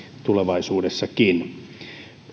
tulevaisuudessakin